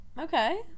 Okay